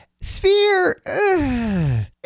Sphere